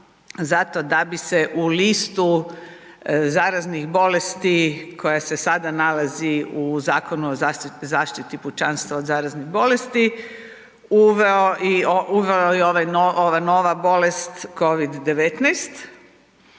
zakon da bi se u listu zaraznih bolesti koja se sada nalazi u Zakonu o zaštiti pučanstva od zaraznih bolesti uvela i ova nova bolest COVID-19